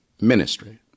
ministry